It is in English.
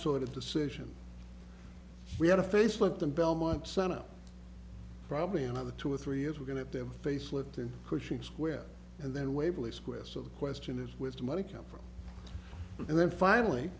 sort of decision we had a facelift in belmont santa probably another two or three years we're going to have facelift and pushing square and then waverly square so the question is with the money come from and then finally